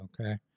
Okay